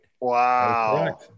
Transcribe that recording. Wow